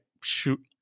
shoot